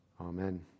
Amen